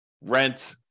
rent